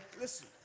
listen